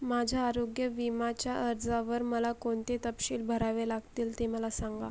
माझ्या आरोग्य विमाच्या अर्जावर मला कोणते तपशील भरावे लागतील ते मला सांगा